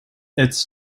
its